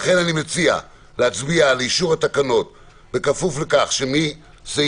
לכן אני מציע להצביע על אישור התקנות בכפוף לכך שמסעיף